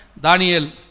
Daniel